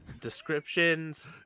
descriptions